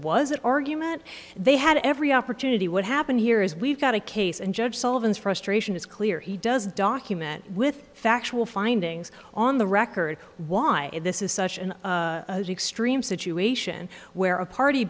was an argument they had every opportunity what happened here is we've got a case and judge sullivan's frustration is clear he does document with factual findings on the record why this is such an extreme situation where a party